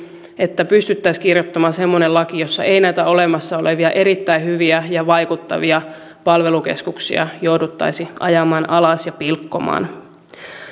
että pystyttäisiin kirjoittamaan semmoinen laki jossa ei näitä olemassa olevia erittäin hyviä ja vaikuttavia palvelukeskuksia jouduttaisi ajamaan alas ja pilkkomaan